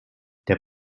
der